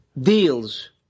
deals